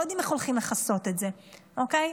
לא יודעים איך הולכים לכסות את זה, אוקיי?